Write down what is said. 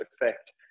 effect